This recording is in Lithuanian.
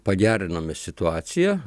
pagerinome situaciją